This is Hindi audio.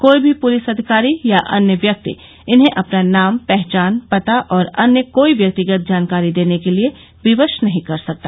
कोई भी पलिस अधिकारी या अन्य व्यक्ति इन्हें अपना नाम पहचान पता और अन्य कोई व्यक्तिगत जानकारी देने के लिए विवश नहीं कर सकता